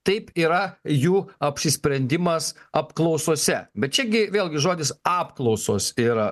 taip yra jų apsisprendimas apklausose bet čia gi vėlgi žodis apklausos yra